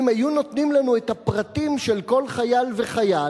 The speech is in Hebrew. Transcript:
אם היו נותנים לנו את הפרטים של כל חייל וחייל,